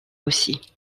aussi